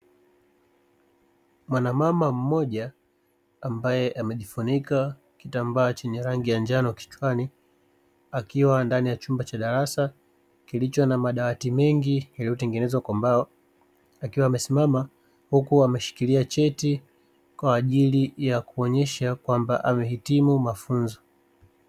Mwanamama mmoja ambaye amejifunika kitambaa chenye rangi ya njano kichwani, akiwa ndani ya chumba cha darasa kilicho na madawati mengi yaliyotengenezwa kwa mbao. Akiwa amesimama huku ameshikilia cheti kwa ajili ya kuonesha kwamba amehitimu mafunzo.